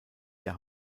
der